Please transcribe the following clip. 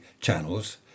channels